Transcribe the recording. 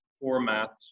format